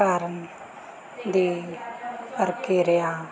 ਕਰਨ ਦੀ ਪ੍ਰਕਿਰਿਆ